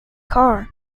car